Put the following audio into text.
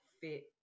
fit